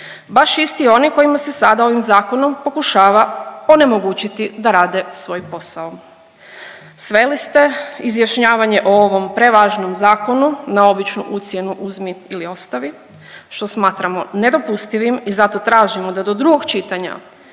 Baš isti oni kojima se sada ovim Zakonom pokušava onemogućiti da rade svoj posao. Sveli ste izjašnjavanje o ovom prevažnom zakonu na običnu ucjenu uzmi ili ostavi, što smatramo nedopustivim i zato tražimo da do drugog čitanja